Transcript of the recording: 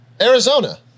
Arizona